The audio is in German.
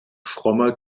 frommer